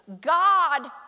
God